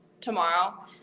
tomorrow